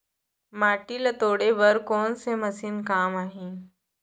माटी ल तोड़े बर कोन से मशीन काम आही?